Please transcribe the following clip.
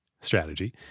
strategy